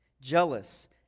Jealous